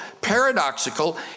paradoxical